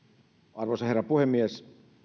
arvoisa herra puhemies